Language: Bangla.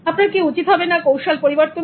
আপনার কি উচিত হবে না কৌশল পরিবর্তন করা